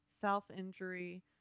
self-injury